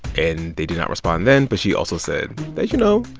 and they did not respond then. but she also said that, you know,